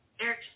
Eric